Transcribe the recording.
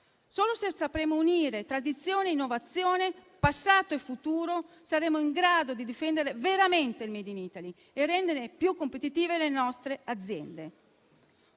Solo se sapremo unire tradizione e innovazione, passato e futuro, saremo in grado di difendere veramente il *made in Italy* e rendere più competitive le nostre aziende.